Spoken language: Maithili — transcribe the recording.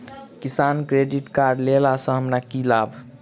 किसान क्रेडिट कार्ड लेला सऽ हमरा की लाभ?